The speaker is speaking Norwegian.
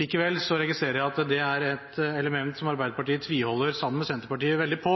Likevel registrerer jeg at det er et element som Arbeiderpartiet – sammen med Senterpartiet – tviholder veldig på,